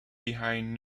behind